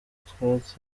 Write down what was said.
utwatsi